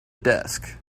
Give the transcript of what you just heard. desk